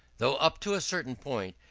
though, up to a certain point,